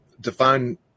define